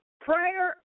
prayer